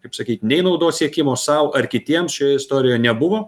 kaip sakyt nei naudos siekimo sau ar kitiems šioje istorijoje nebuvo